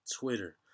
Twitter